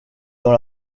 dans